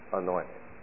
anointing